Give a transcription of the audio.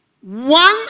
one